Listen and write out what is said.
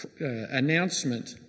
announcement